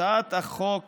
הצעת החוק